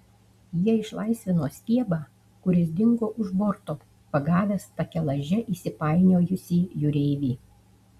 jie išlaisvino stiebą kuris dingo už borto pagavęs takelaže įsipainiojusį jūreivį